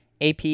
AP